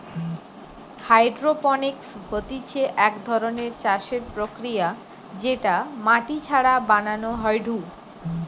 hydroponics হতিছে এক ধরণের চাষের প্রক্রিয়া যেটা মাটি ছাড়া বানানো হয়ঢু